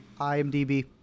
IMDb